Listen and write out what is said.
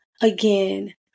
again